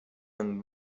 and